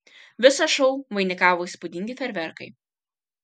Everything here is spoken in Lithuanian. visą šou vainikavo įspūdingi fejerverkai